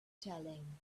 telling